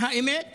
למען האמת,